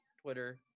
Twitter